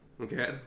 Okay